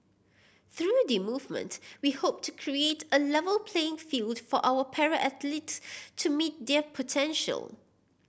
through the movement we hope to create a level playing field for our para athlete to meet their potential